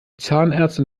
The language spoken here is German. zahnärztin